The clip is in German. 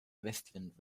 westwind